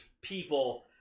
people